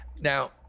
Now